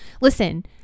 listen